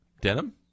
Denim